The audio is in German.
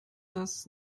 das